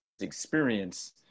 experience